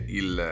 il